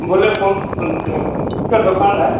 बोले कौन कौन का दुकान है